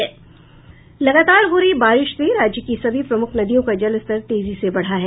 लगातार हो रही बारिश से राज्य की सभी प्रमुख नदियों का जलस्तर तेजी से बढ़ा है